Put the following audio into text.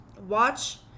Watch